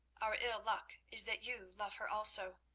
our ill-luck is that you love her also,